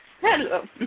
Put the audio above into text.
hello